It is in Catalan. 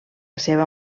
seva